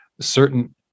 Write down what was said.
certain